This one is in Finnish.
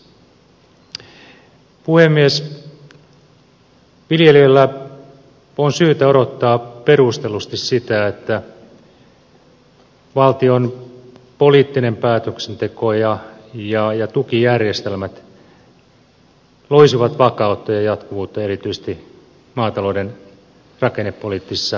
viljelijöillä on syytä odottaa perustellusti sitä että valtion poliittinen päätöksenteko ja tukijärjestelmät loisivat vakautta ja jatkuvuutta erityisesti maatalouden rakennepoliittisissa toimenpiteissä